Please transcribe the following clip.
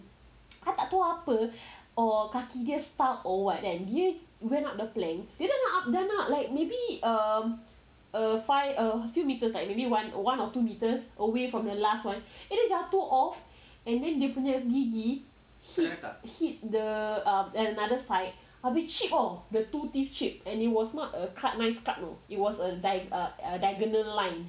I tak tahu apa or kaki dia stuck or what kan dia went up the plank dia dah nak dah nak like maybe err err five metres or like maybe one or two metres away from the last one and then jatuh off and then dia punya gigi hit the another side habis chip off the two teeth chip and it was not a nice cut oh it was like a like a diagonal line